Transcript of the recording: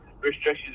restrictions